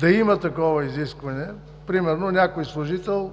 за зависимите лица, примерно някой служител